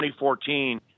2014